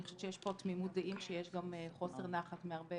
חושבת שיש פה תמימות דעים שיש גם חוסר נחת מהרבה